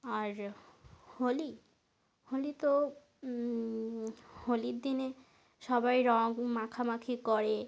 আর হোলি হোলি তো হোলির দিনে সবাই রং মাখামাখি করে